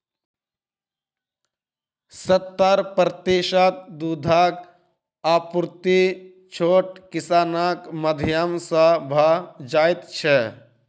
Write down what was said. सत्तर प्रतिशत दूधक आपूर्ति छोट किसानक माध्यम सॅ भ जाइत छै